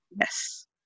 Yes